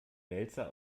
wälzer